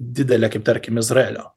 didelė kaip tarkim izraelio